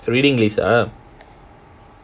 the reading list ah